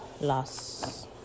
loss